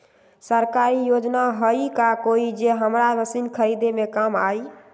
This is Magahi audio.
सरकारी योजना हई का कोइ जे से हमरा मशीन खरीदे में काम आई?